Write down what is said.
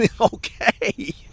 okay